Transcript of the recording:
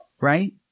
Right